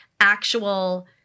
actual